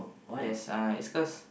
yes uh it's cause